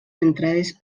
entrades